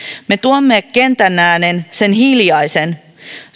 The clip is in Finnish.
me tuomme kentän äänen sen hiljaisen